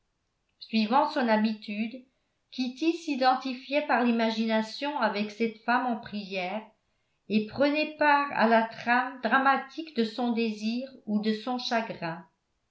suivant son habitude kitty s'identifiait par l'imagination avec cette femme en prière et prenait part à la trame dramatique de son désir ou de son chagrin